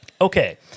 Okay